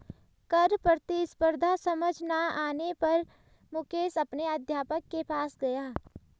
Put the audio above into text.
कर प्रतिस्पर्धा समझ ना आने पर मुकेश अपने अध्यापक के पास गया